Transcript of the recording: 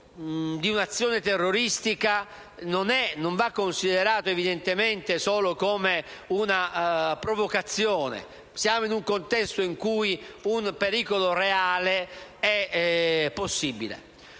di un'azione terroristica non va considerato solo come una provocazione: siamo in un contesto in cui un pericolo reale è possibile.